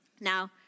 Now